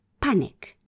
Panic